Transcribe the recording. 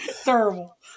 Terrible